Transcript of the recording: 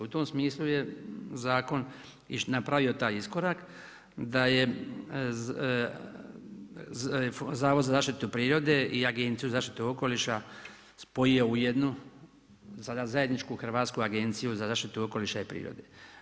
U tom smislu je zakon i napravio taj iskorak da je Zavod za zaštitu prirode i Agenciju za zaštitu okoliša spojio u jednu sada zajedničku Hrvatsku agenciju za zaštitu okoliša i prirode.